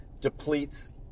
depletes